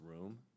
room